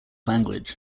language